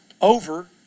over